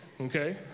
okay